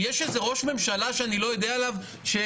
הרי יש איזה ראש ממשלה שאני לא יודע עליו שהולך